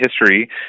history